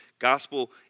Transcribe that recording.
Gospel